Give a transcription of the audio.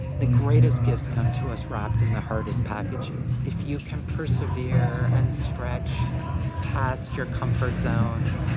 the greatest gifts come to us wrapped in the hardest packages. if you can persevere and stretch past your comfort zone,